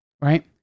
right